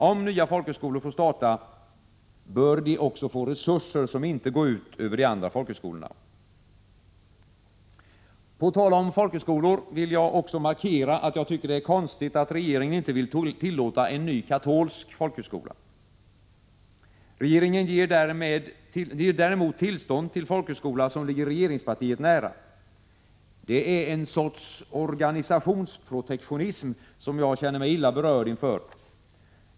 Om nya folkhögskolor får starta, bör de också få resurser som inte går ut över de andra folkhögskolorna. På tal om folkhögskolor vill jag också markera att jag tycker att det är konstigt att regeringen inte vill tillåta att en ny katolsk folkhögskola startas. Regeringen ger däremot tillstånd till en folkhögskola, som ligger regeringspartiet nära. Det är en sorts ”organisationsprotektionism” som jag känner mig illa berörd inför.